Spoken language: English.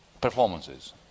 performances